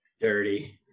dirty